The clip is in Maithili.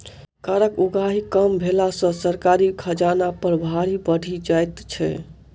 करक उगाही कम भेला सॅ सरकारी खजाना पर भार बढ़ि जाइत छै